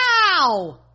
wow